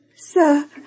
Sir